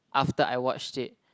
after I watched it